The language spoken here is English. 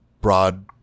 broad